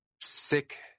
sick